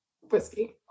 whiskey